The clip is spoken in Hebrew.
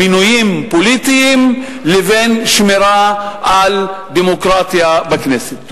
מינויים פוליטיים לבין שמירה על דמוקרטיה בכנסת.